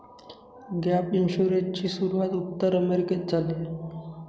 gap इन्शुरन्सची सुरूवात उत्तर अमेरिकेत झाली